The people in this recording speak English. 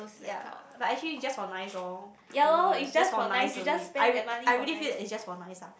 ya but actually just for nice loh don't know eh just for nice only I I really feel that it's just for nice la